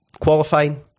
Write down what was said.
qualifying